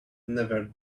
never